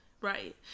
right